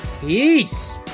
Peace